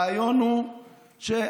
הרעיון הוא שאני,